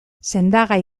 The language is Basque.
sendagai